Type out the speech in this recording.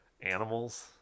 animals